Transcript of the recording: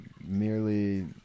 merely